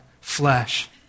flesh